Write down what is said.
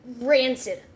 rancid